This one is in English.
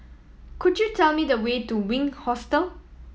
could you tell me the way to Wink Hostel